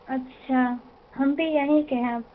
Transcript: اچھا ہم بھی یہیں کے ہیں اب